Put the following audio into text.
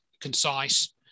concise